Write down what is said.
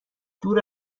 دور